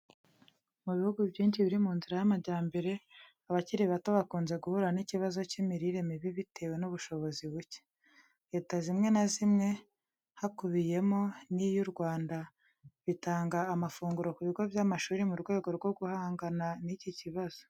Mu bihugu byinshi biri mu nzira y'amajyambere, abakiri bato bakunze guhura n'ikibazo cy'imirire mibi bitewe n'ubushobozi buke. Leta zimwe na zimwe hakubiyemo n'iy' U Rwanda bitanga amafunguro ku bigo by'amashuri mu rwego rwo guhangana n'iki kibazo.